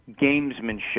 gamesmanship